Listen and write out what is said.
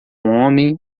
homem